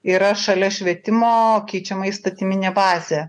yra šalia švietimo keičiama įstatyminė bazė